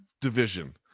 division